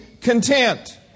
content